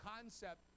concept